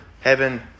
heaven